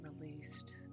released